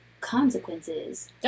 consequences